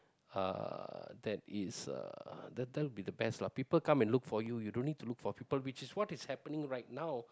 uh that is uh that that will be the best lah people come and look for you you don't need to look for people which is what is happening right now